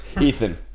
Ethan